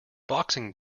boxing